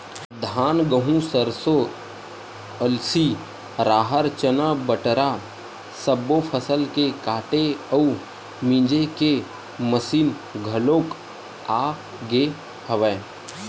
धान, गहूँ, सरसो, अलसी, राहर, चना, बटरा सब्बो फसल के काटे अउ मिजे के मसीन घलोक आ गे हवय